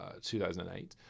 2008